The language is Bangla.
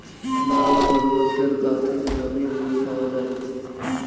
নরম খরগোশের গা থেকে দামী উল পাওয়া যায়